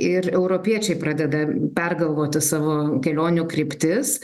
ir europiečiai pradeda pergalvoti savo kelionių kryptis